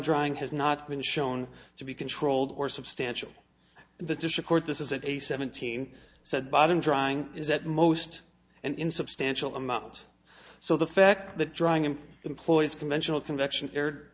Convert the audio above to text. drying has not been shown to be controlled or substantial the district court this is a seventeen said bottom drying is at most and in substantial amount so the fact that drawing and employs conventional convection aired